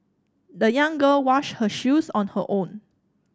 the young girl washed her shoes on her own